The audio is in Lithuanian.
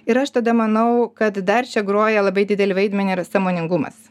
ir aš tada manau kad dar čia groja labai didelį vaidmenį sąmoningumas